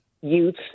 youth